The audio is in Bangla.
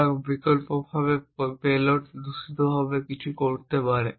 বা বিকল্পভাবে পেলোড দূষিতভাবে কিছু করতে পারে